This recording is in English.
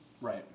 Right